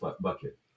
bucket